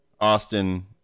Austin